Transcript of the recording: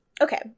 okay